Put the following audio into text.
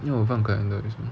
因为我放 calendar 也是